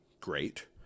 great